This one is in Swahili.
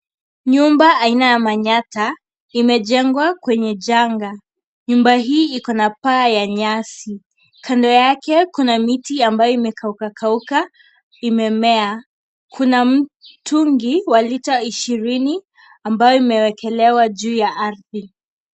Nyumba aina ya manyatta imejengwa kwenye janga nyumba hii iko na paa ya nyasi kando yake kuna miti ambayo imekauka kauka imemea kuna mtungi wa lita ishirini ambayo imewekelewa juu ya arthi.